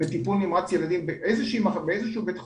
בטיפול נמרץ ילדים באיזשהו בית חולים.